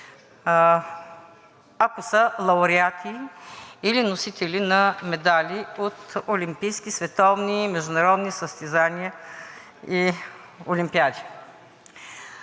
ако са лауреати или носители на медали от олимпийски, световни и международни състезания и олимпиади.